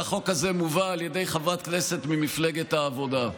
שהחוק הזה מובא על ידי חברת כנסת ממפלגת העבודה.